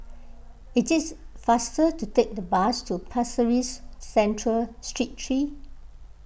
it is faster to take the bus to Pasir Ris Central Street three